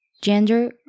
Gender